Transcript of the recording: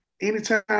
anytime